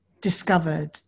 discovered